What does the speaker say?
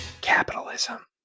Capitalism